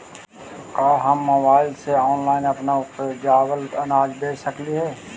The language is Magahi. का हम मोबाईल से ऑनलाइन अपन उपजावल अनाज बेच सकली हे?